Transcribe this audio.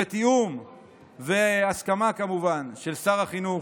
בתיאום ובהסכמה כמובן של שר החינוך,